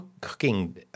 cooking